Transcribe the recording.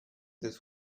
this